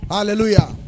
Hallelujah